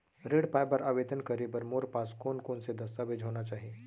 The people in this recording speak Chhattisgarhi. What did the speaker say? ऋण पाय बर आवेदन करे बर मोर पास कोन कोन से दस्तावेज होना चाही?